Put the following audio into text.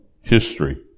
history